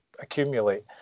accumulate